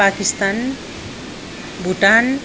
Pakistan Bhutan